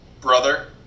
brother